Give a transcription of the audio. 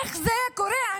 איך זה קורה?